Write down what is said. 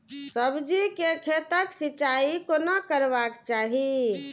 सब्जी के खेतक सिंचाई कोना करबाक चाहि?